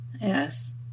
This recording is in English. Yes